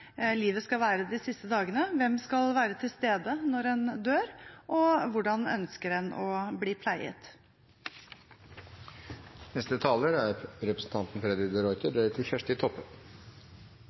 livet skal være de siste dagene, hvem som skal være til stede når man dør, og hvordan man ønsker å bli pleiet. Aller først til foregående taler: